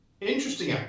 Interesting